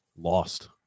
lost